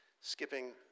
skipping